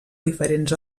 diferents